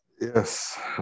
Yes